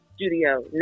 studio